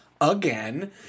again